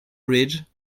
bridge